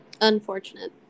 Unfortunate